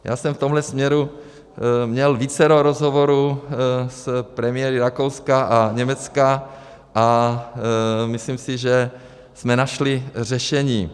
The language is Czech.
Já jsem v tomto směru měl vícero rozhovorů s premiéry Rakouska a Německa a myslím si, že jsme našli řešení.